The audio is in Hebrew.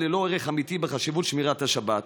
ללא ערך אמיתי של חשיבות שמירת השבת